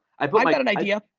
i but like i got an idea.